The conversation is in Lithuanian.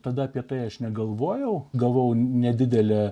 tada apie tai aš negalvojau gavau nedidelę